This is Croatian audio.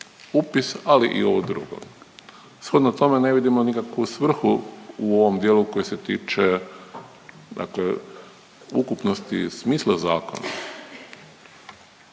upis, ali i ovo drugo. Shodno tome, ne vidimo nikakvu svrhu u ovom dijelu koji se tiče dakle ukupnosti smisla zakona.